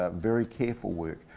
ah very careful work,